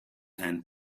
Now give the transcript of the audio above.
and